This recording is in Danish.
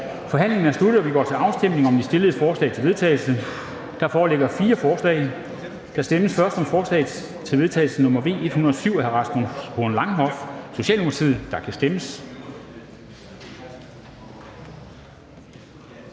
Forhandlingen er sluttet, og vi går til afstemning om de fremsatte forslag til vedtagelse. Der foreligger fire forslag. Der stemmes først om forslag til vedtagelse nr. V 107 af Rasmus Horn Langhoff (S), og der kan stemmes.